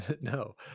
No